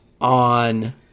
on